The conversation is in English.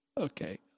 Okay